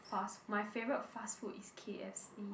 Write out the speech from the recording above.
fast my favorite fast food is K_F_C